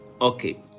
Okay